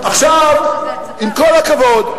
עכשיו, עם כל הכבוד,